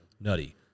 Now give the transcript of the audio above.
nutty